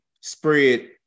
spread